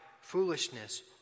foolishness